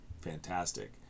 fantastic